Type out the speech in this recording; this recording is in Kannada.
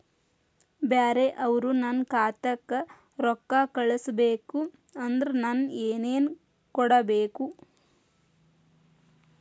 ಬ್ಯಾರೆ ಅವರು ನನ್ನ ಖಾತಾಕ್ಕ ರೊಕ್ಕಾ ಕಳಿಸಬೇಕು ಅಂದ್ರ ನನ್ನ ಏನೇನು ಕೊಡಬೇಕು?